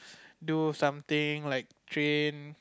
do something like train